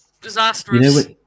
Disastrous